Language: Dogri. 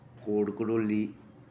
कोड़ कंडोली